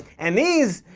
and these.